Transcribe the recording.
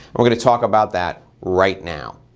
we're gonna talk about that right now.